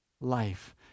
Life